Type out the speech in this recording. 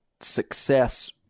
success